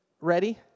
ready